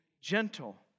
gentle